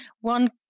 One